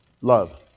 Love